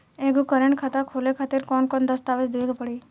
एगो करेंट खाता खोले खातिर कौन कौन दस्तावेज़ देवे के पड़ी?